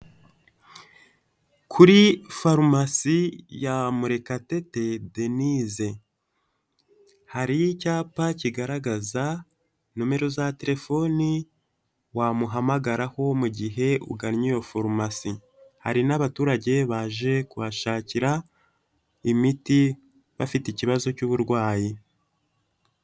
Kuri farumasi ya Murekatete Denise, hari icyapa kigaragaza nomero za terefoni wamuhamagaraho mu gihe ugannye iyo forumasi. Hari n'abaturage baje kuhashakira imiti, bafite ikibazo cy'uburwayi.